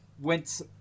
went